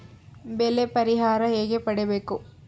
ಬೆಳೆ ಪರಿಹಾರ ಹೇಗೆ ಪಡಿಬೇಕು?